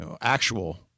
actual